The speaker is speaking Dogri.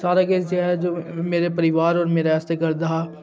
सार किश जो ऐ मेरा परोआर और मेरे आस्तै करदा हा